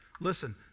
Listen